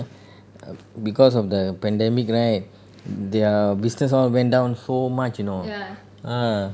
err because of the pandemic right their business all went down so much you know ah